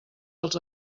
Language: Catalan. els